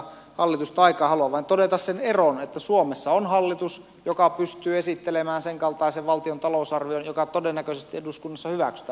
haluan vain todeta sen eron että suomessa on hallitus joka pystyy esittelemään senkaltaisen valtion talousarvion joka todennäköisesti eduskunnassa hyväksytään